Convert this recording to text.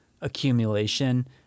accumulation